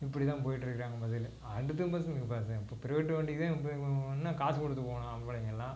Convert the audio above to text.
இப்படி தான் போயிட்ருக்கிறாங்க முதல்ல அடுத்த பஸ்ஸுக்கு பார்த்தேன் இப்போ ப்ரைவேட் வண்டிக்கு தான் போகணும்ன்னா காசு கொடுத்து போகணும் ஆம்பளைங்கெல்லாம்